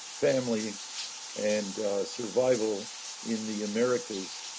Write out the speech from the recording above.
family and survival in the americas.